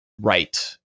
Right